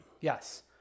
Yes